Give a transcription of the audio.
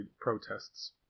protests